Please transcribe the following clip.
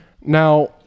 Now